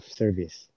service